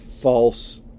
false